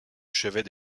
chevet